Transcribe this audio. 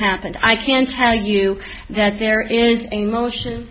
happened i can tell you that there is a motion